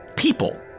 People